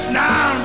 now